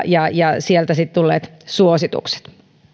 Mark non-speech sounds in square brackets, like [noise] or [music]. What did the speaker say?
[unintelligible] ja ja sieltä sitten tulleet suositukset